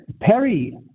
Perry